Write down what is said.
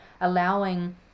allowing